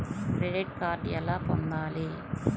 Credit card ఎలా పొందాలి?